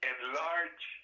Enlarge